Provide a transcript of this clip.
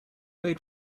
made